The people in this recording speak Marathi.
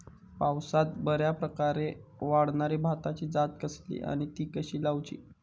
पावसात बऱ्याप्रकारे वाढणारी भाताची जात कसली आणि ती कशी लाऊची?